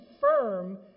firm